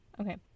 okay